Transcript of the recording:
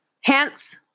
Hence